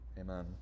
Amen